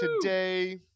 today